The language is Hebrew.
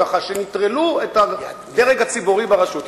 ככה שנטרלו את הדרג הציבורי ברשות.